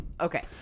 Okay